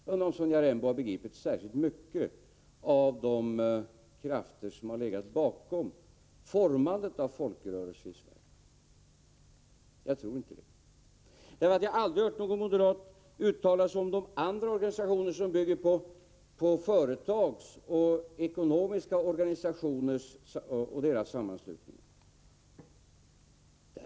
Jag undrar om Sonja Rembo har begripit särskilt mycket av de krafter som har legat bakom formandet av folkrörelserna i Sverige. Jag tror inte det. Jag har aldrig hört någon moderat uttala sig om de organisationer som bygger på företag, ekonomiska organisationer och deras sammanslutningar.